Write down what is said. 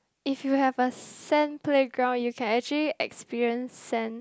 if you have a sand playground you can actually experience sand